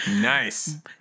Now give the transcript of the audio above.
Nice